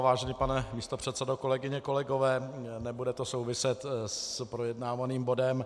Vážený pane místopředsedo, kolegyně, kolegové, nebude to souviset s projednávaným bodem.